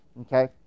Okay